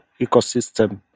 ecosystem